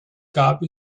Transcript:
gab